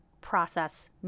process